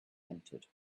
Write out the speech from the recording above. entered